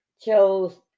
chose